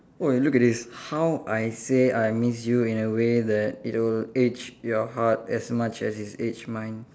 oh look at this how I say I miss you in a way that it will ache your heart as much as it ache mine